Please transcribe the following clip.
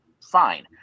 fine